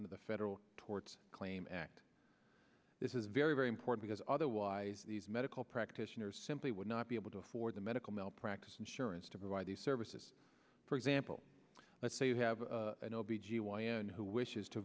under the federal tort claim act this is very very important because otherwise these medical practitioners simply would not be able to afford the medical malpractise insurance to provide these services for example let's say you have an o b g y n who wishes to